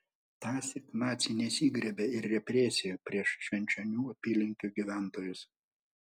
tąsyk naciai nesigriebė ir represijų prieš švenčionių apylinkių gyventojus